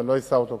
שלא אשא אותו כרגע.